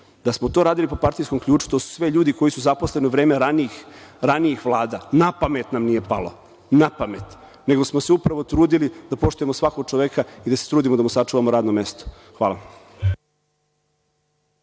Da smo to radili po partijskom ključu to su sve ljudi koji su zaposleni u vreme ranijih vlada, na pamet nam nije palo, na pamet. Nego smo se upravo trudili da poštujemo svakog čoveka i da se trudimo da mu sačuvamo radno mesto. Hvala.